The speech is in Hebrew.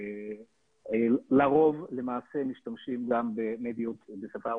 ולרוב הם משתמשים במדיות בשפה הרוסית,